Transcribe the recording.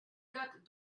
got